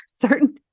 certain